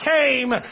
came